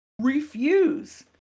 refuse